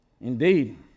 indeed